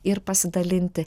ir pasidalinti